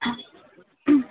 हां